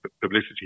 publicity